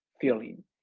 feeling